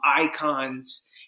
icons –